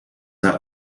zijn